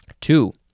Two